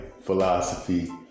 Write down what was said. philosophy